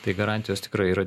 tai garantijos tikrai yra